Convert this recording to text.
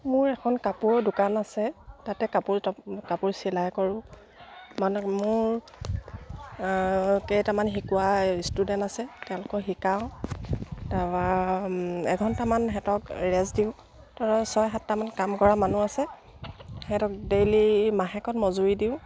মোৰ এখন কাপোৰৰ দোকান আছে তাতে কাপোৰ তাপোৰ কাপোৰ চিলাই কৰোঁ মানে মোৰ কেইটামান শিকোৱা ষ্টুডেণ্ট আছে তেওঁলোকক শিকাওঁ তাৰপৰা এঘণ্টামান সিঁহতক ৰেষ্ট দিওঁ তো ছয় সাতটামান কাম কৰা মানুহ আছে সিহঁতক ডেইলি মাহেকত মজুৰি দিওঁ